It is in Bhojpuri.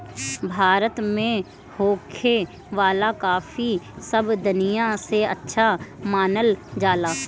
भारत में होखे वाला काफी सब दनिया से अच्छा मानल जाला